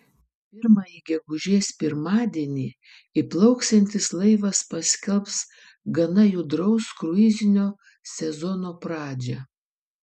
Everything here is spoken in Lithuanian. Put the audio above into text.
pirmąjį gegužės pirmadienį įplauksiantis laivas paskelbs gana judraus kruizinio sezono pradžią